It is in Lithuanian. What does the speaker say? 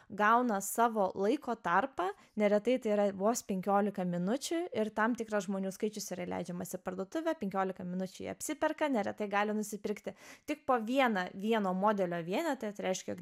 gauna savo laiko tarpą neretai tai yra vos penkiolika minučių ir tam tikras žmonių skaičius yra įleidžiamas į parduotuvę penkiolika minučių jie apsiperka neretai gali nusipirkti tik po vieną vieno modelio vienetą tai reiškia jog